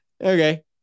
Okay